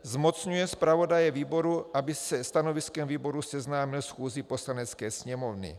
Zmocňuje zpravodaje výboru, aby se stanoviskem výboru seznámil schůzi Poslanecké sněmovny.